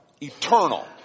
eternal